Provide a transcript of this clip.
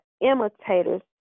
imitators